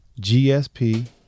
GSP